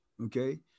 Okay